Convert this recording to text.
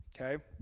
Okay